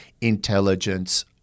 intelligence